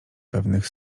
pewnych